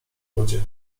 wodzie